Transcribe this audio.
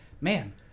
man